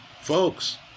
Folks